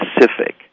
specific